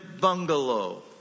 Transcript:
bungalow